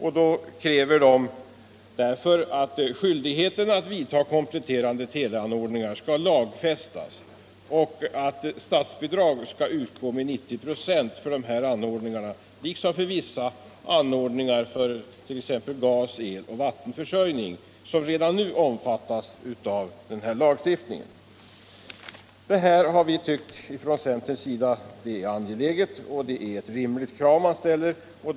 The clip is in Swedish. Därför kräver förbundet att skyldigheten att vidta kompletterande teleanordningar skall lagfästas och att statsbidrag till dessa anordningar skall utgå med 90 946 liksom till vissa andra anordningar, t.ex. gas, el och vattenförsörjningen, som redan nu omfattas av denna lagstiftning. Vi från centern har funnit detta vara ett angeläget och rimligt krav.